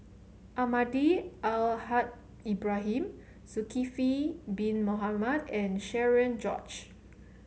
Almahdi Al Haj Ibrahim Zulkifli Bin Mohamed and Cherian George